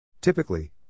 Typically